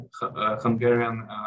Hungarian